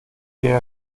der